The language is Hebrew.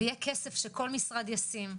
יהיה כסף שכל משרד ישים,